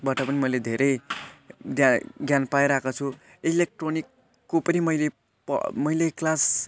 पुस्तकबाट पनि मैले धेरै ज्ञा ज्ञान पाइरहेको छु इलेक्ट्रोनिकको पनि मैले प मैले क्लास